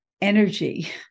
energy